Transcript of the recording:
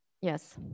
yes